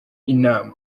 inama